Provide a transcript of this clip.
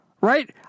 right